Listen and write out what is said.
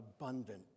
abundant